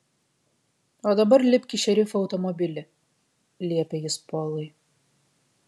o dabar lipk į šerifo automobilį liepė jis polui